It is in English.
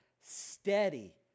steady